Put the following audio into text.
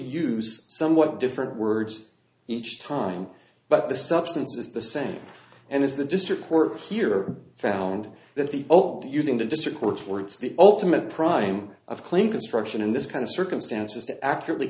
use somewhat different words each time but the substance is the same and as the district court here found that the old using the district courts works the ultimate prime of claim construction in this kind of circumstances to accurately